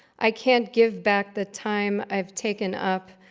i can't give back the time i've taken up,